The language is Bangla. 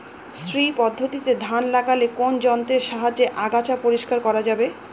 শ্রী পদ্ধতিতে ধান লাগালে কোন যন্ত্রের সাহায্যে আগাছা পরিষ্কার করা যাবে?